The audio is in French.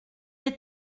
est